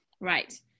Right